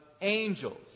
angels